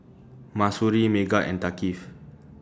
Mahsuri Megat and Thaqif